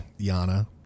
Yana